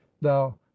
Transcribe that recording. thou